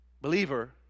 believer